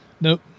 Nope